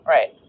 Right